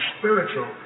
spiritual